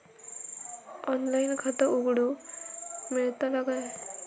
Online खाता उघडूक मेलतला काय?